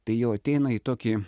tai jau ateina į tokį